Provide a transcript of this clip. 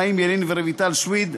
חיים ילין ורויטל סויד.